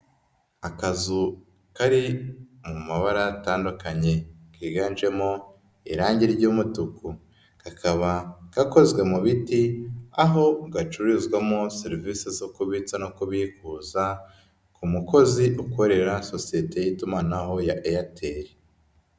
Akazu kari mu mabara atandukanye kiganjemo irangi ry'umutuku, kakaba gakozwe mu biti aho gacururizwamo serivisi zo kubitsa no kubikuza ku mukozi ukorera sosiyete y'itumanaho ya Airtel.